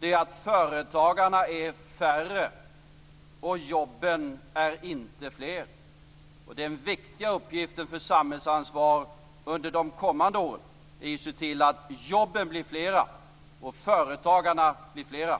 är att företagarna är färre och att jobben inte är fler. Den viktiga uppgiften för samhällsansvaret under de kommande åren är att se till att jobben blir fler och att företagarna blir fler.